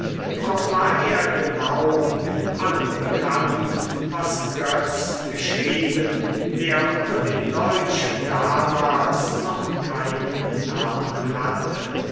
auch war er genau mit allem bekannt was götz geschrieben der unter den deutschen damals noch keinen namen hatte